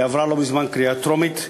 היא עברה לא מזמן בקריאה טרומית.